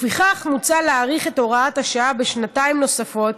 לפיכך, מוצע להאריך את הוראת השעה בשנתיים נוספות,